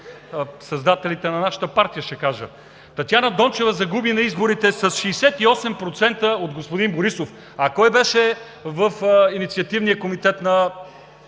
създателите на нашата партия. Татяна Дончева загуби на изборите с 68% от господин Борисов. А кой беше в Инициативния комитет на